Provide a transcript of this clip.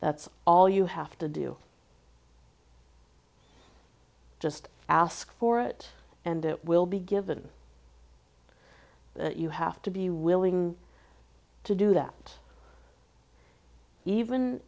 that's all you have to do just ask for it and it will be given you have to be willing to do that even